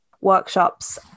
workshops